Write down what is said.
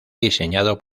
diseñado